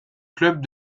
club